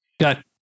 Got